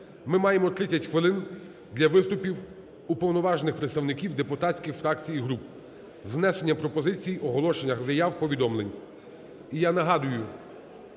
ми маємо 30 хвилин для виступів уповноважених представників депутатських фракцій і груп з внесенням пропозиції, оголошень, заяв, повідомлень.